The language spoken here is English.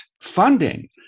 funding